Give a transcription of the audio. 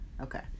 Okay